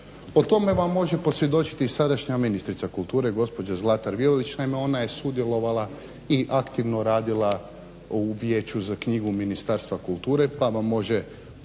O tome vam može posvjedočiti sadašnja ministrica kulture gospođa Zlatar Violić, naime ona je sudjelovala i aktivno radila u Vijeću za knjigu Ministarstva kulture pa vam može pobliže